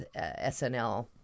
SNL